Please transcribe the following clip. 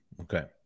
Okay